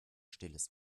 stilles